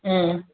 ஆ